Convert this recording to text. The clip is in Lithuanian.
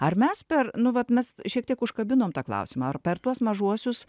ar mes per nu vat mes šiek tiek užkabinom tą klausimą ar per tuos mažuosius